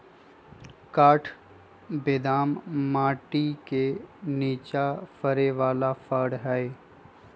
काठ बेदाम माटि के निचा फ़रे बला फ़र हइ